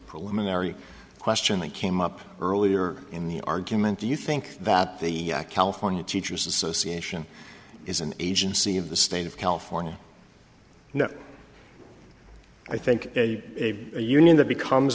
preliminary question that came up earlier in the argument do you think that the california teachers association is an agency of the state of california no i think a a a union that becomes